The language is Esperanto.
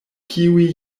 kiuj